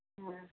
हँ